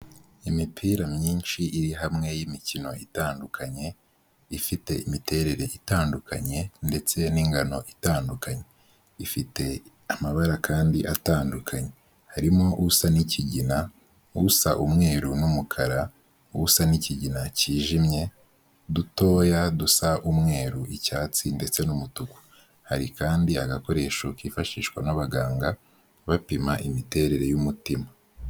Imipira myinshi iri hamwe y'imikino itandukanye, ifite imiterere itandukanye ndetse n'ingano itandukanye, ifite amabara kandi atandukanye, harimo usa n'ikigina, usa umweru n'umukara, usa n'ikigina cyijimye, dutoya dusa umweru, Icyatsi ndetse n'umutuku hari kandi agakoresho kifashishwa n'abaganga bapima imiterere y'umutima.